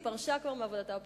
היא כבר פרשה מעבודתה בפרקליטות.